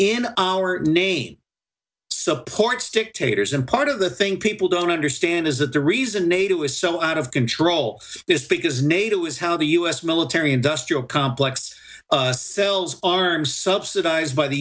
in our name supports dictators and part of the thing people don't understand is that the reason nato is so out of control this because nato is how the us military industrial complex sells arms subsidized by the